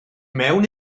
mewn